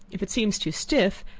if it seems too stiff,